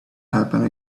happen